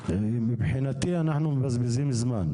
מבחינתי אנחנו מבזבזים זמן.